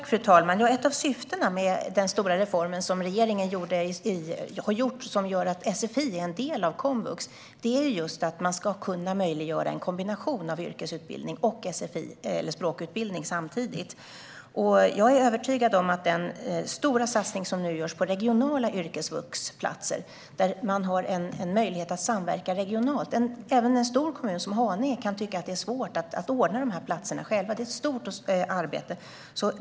Fru talman! Ett av syftena med den stora reform som regeringen har gjort och som innebär att sfi är en del av komvux är att man ska kunna möjliggöra en kombination av yrkesutbildning och sfi eller språkutbildning samtidigt. Jag är övertygad om att den stora satsning som nu görs på regionala yrkesvuxplatser, där man har en möjlighet att samverka regionalt, är bra. Även en stor kommun som Haninge kan tycka att det är svårt att ordna de här platserna själv, för det är ett stort arbete.